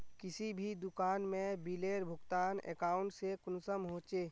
किसी भी दुकान में बिलेर भुगतान अकाउंट से कुंसम होचे?